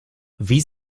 wie